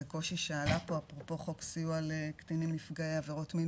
זה קושי שעלה פה אפרופו חוק סיוע לקטינים נפגעי עבירות מין